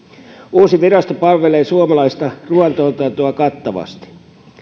uusi virasto palvelee suomalaista ruuantuotantoa kattavasti